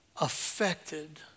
affected